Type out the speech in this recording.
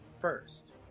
First